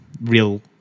Real